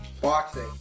boxing